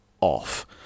off